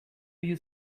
you